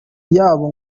yabo